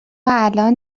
الان